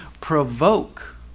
provoke